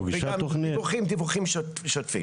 וגם הדיווחים הם דיווחים שוטפים.